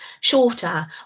shorter